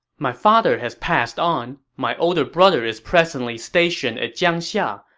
my father has passed on. my older brother is presently stationed at jiangxia,